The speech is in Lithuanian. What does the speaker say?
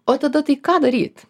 o tada tai ką daryt